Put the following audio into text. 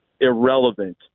irrelevant